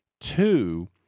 Two